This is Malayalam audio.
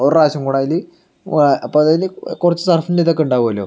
ഒരു പ്രാവശ്യം കൂടി അതിൽ വാ അപ്പം അതിൽ കുറച്ച് സർഫിൻ്റെ ഇതൊക്കെ ഉണ്ടാകുമല്ലോ